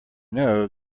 know